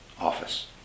office